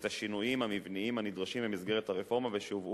השינויים המבניים הנדרשים במסגרת הרפורמה ושהובאו,